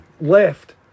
left